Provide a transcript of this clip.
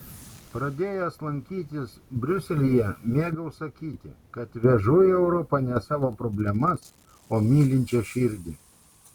pradėjęs lankytis briuselyje mėgau sakyti kad vežu į europą ne savo problemas o mylinčią širdį